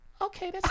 Okay